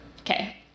Okay